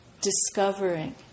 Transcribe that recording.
discovering